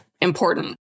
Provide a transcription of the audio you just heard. important